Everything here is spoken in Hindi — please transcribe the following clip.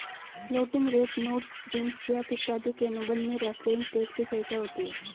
floating rate notes ring swap इत्यादि के अनुबंध में रेफरेंस रेट की चर्चा होती है